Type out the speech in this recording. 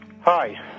Hi